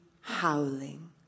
howling